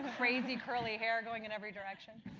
crazy curly hair going in every direction.